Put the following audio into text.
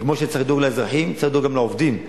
וכמו שצריך לדאוג לאזרחים צריך לדאוג גם לעובדים.